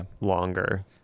longer